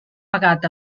pagat